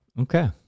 Okay